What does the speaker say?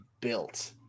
built